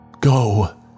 Go